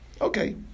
Okay